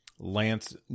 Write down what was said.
lance